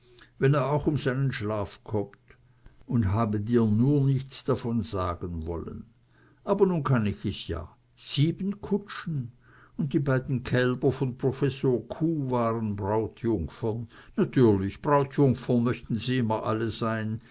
wenn er auch um seinen schlaf kommt und geträumt hab ich's auch schon un habe dir nur nichts davon sagen wollen aber nun kann ich es ja sieben kutschen und die beiden kälber von professor kuh waren brautjungfern natürlich brautjungfern möchten sie immer alle sein